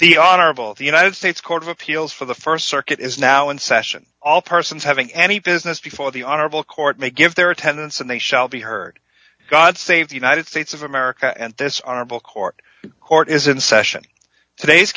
the honorable the united states court of appeals for the st circuit is now in session all persons having any business before the honorable court may give their attendance and they shall be heard god save the united states of america at this our backcourt court as in session today's